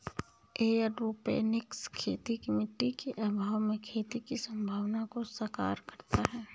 aeroponics खेती मिट्टी के अभाव में खेती की संभावना को साकार करता है